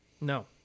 No